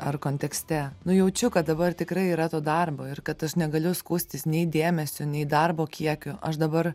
ar kontekste nu jaučiu kad dabar tikrai yra to darbo ir kad aš negaliu skųstis nei dėmesiu nei darbo kiekiu aš dabar